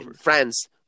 France